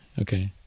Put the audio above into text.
Okay